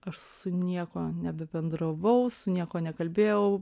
aš su niekuo nebendravau su niekuo nekalbėjau